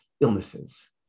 illnesses